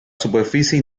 superficie